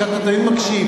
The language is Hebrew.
שאתה תמיד מקשיב.